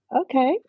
okay